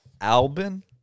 Albin